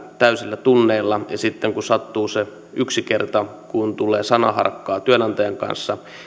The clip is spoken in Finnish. täysillä tunneilla ja sitten kun sattuu se yksi kerta että tulee sanaharkkaa työnantajan kanssa